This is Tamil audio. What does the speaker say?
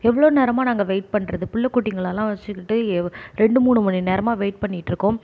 எவ்வளோ நேரமாக நாங்கள் வெயிட் பண்றது பிள்ள குட்டிங்களெல்லாம் வச்சுக்கிட்டு ரெண்டு மூணு மணி நேரமாக வெயிட் பண்ணிக்கிட்டிருக்கோம்